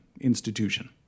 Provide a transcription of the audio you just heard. institution